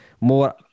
more